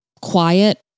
quiet